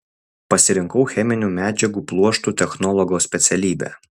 pasirinkau cheminių medžiagų pluoštų technologo specialybę